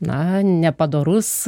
na nepadorus